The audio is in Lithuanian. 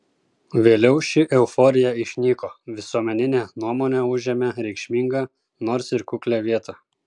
vėliau ši euforija išnyko visuomeninė nuomonė užėmė reikšmingą nors ir kuklią vietą